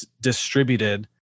distributed